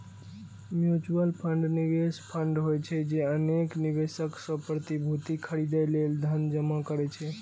mutual fund निवेश fund होइ छै, जे अनेक निवेशक सं प्रतिभूति खरीदै लेल धन जमा करै छै